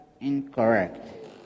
incorrect